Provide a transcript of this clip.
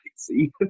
see